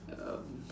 um